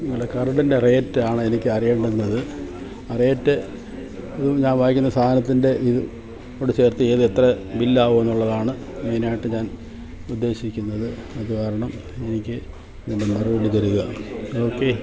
നിങ്ങളുടെ കർബിൻ്റെ റേറ്റ് ആണ് എനിക്ക് അറിയേണ്ടുന്നത് റേറ്റ് ഇതും ഞാൻ വാങ്ങിക്കുന്ന സാധനത്തിൻ്റെ ഇത് കൂടെ ചേർത്തു ഏത് എത്ര ബില്ലാവും എന്നുള്ളതാണ് മെയിൻ ആയിട്ട് ഞാൻ ഉദ്ദേശിക്കുന്നത് അത് കാരണം എനിക്ക് ഇതിൻ്റെ മറുപടി തരിക ഓക്കെ